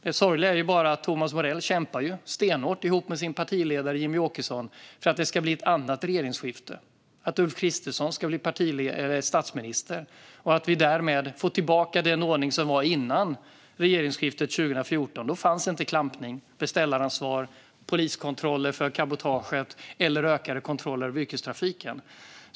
Det sorgliga är bara att Tomas Morell kämpar stenhårt ihop med sin partiledare Jimmie Åkesson för att det ska bli ett regeringsskifte, att Ulf Kristersson ska bli statsminister och att vi därmed får tillbaka den ordning som var innan regeringsskiftet 2014. Då fanns inte klampning, beställaransvar, poliskontroller av cabotaget eller ökade kontroller av yrkestrafiken.